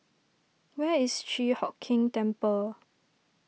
where is Chi Hock Keng Temple